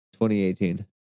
2018